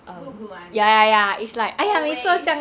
good good ones always